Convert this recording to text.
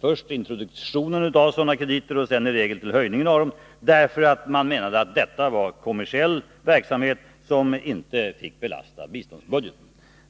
först introduktionen av sådana krediter och sedan i regel till höjningen av dem, därför att man menade att detta var kommersiell verksamhet, som inte fick belasta biståndsbudgeten.